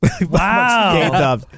Wow